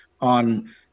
on